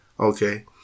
Okay